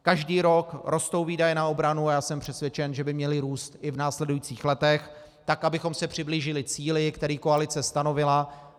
Každý rok rostou výdaje na obranu a já jsem přesvědčen, že by měly růst i v následujících letech tak, abychom se přiblížili cíli, který koalice stanovila.